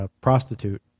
prostitute